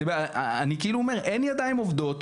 אני כאילו אומר - אין ידיים עובדות,